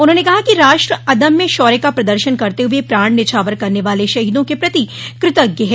उन्होंने कहा कि राष्ट्र अदम्य शौर्य का प्रदर्शन करते हुए प्राण न्यौछावर करने वाले शहीदों के प्रति कृतज्ञ है